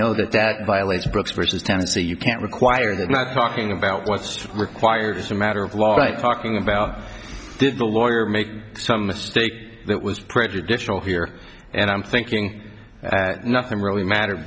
know that that violates brooks versus tennessee you can't require that not talking about what's required is a matter of law like talking about a lawyer make some mistake that was prejudicial here and i'm thinking nothing really matter